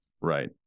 right